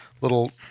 little